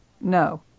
No